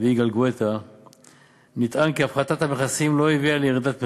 ויגאל גואטה נטען כי הפחתת המכסים לא הביאה לירידת מחירים,